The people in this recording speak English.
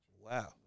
Wow